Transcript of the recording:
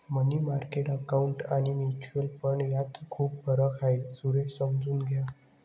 मनी market account आणि mutual fund यात खूप फरक आहे, सुरेश समजून घ्या